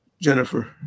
Jennifer